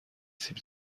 سیب